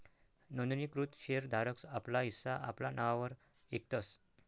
नोंदणीकृत शेर धारक आपला हिस्सा आपला नाववर इकतस